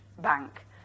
bank